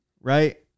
right